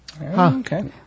okay